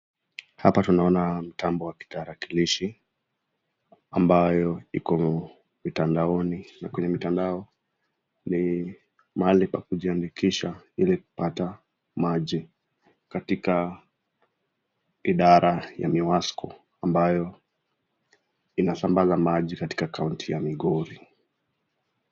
Hapa tunaona mtambo wa kitarakilishi, ambayo iko mitandaoni na kwenye mitandao ni mahali pa kujiandikisha ili kupata maji katika idara ya miwasco ambayo inasambaza maji katika kaunti ya migori.